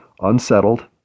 unsettled